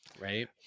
right